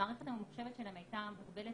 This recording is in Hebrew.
המערכת הממוחשבת שלהם הייתה מוגבלת